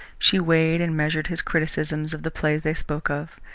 she weighed and measured his criticisms of the plays they spoke of,